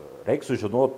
reik sužinot